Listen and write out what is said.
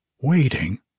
waiting